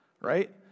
right